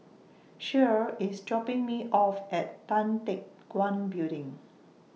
Shirl IS dropping Me off At Tan Teck Guan Building